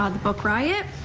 um the book riot.